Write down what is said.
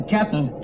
Captain